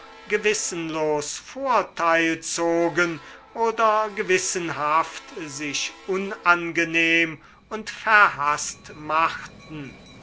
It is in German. gewissenlos vorteil zogen oder gewissenhaft sich unangenehm und verhaßt machten